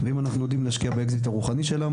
ואם אנחנו נדע להשקיע באקזיט הרוחני של העם